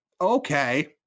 okay